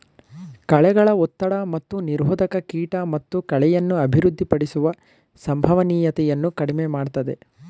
ಕಳೆಗಳ ಒತ್ತಡ ಮತ್ತು ನಿರೋಧಕ ಕೀಟ ಮತ್ತು ಕಳೆಯನ್ನು ಅಭಿವೃದ್ಧಿಪಡಿಸುವ ಸಂಭವನೀಯತೆಯನ್ನು ಕಡಿಮೆ ಮಾಡ್ತದೆ